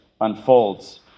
unfolds